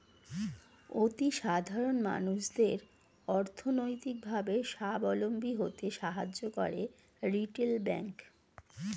অতি সাধারণ মানুষদের অর্থনৈতিক ভাবে সাবলম্বী হতে সাহায্য করে রিটেল ব্যাংক